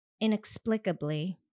inexplicably